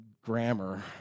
grammar